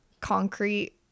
concrete